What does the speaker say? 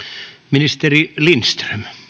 ministeri lindström